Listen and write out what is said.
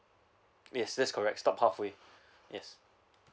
yes that's correct stop halfway yes